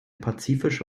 pazifische